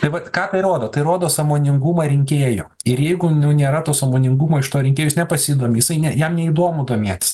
tai vat ką tai rodo tai rodo sąmoningumą rinkėjo ir jeigu nu nėra to sąmoningumo iš to rinkėjo jis nepasidomi jisai ne jam neįdomu domėtis